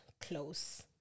close